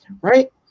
right